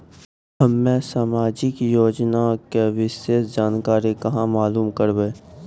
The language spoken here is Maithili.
हम्मे समाजिक योजना के विशेष जानकारी कहाँ मालूम करबै?